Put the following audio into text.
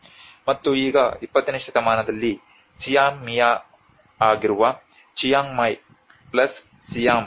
ಮತ್ತು ಈಗ 20 ನೇ ಶತಮಾನದಲ್ಲಿ ಸಿಯಾಮಿಯಾಗಿರುವ ಚಿಯಾಂಗ್ ಮಾಯ್ ಪ್ಲಸ್ ಸಿಯಾಮ್